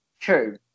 True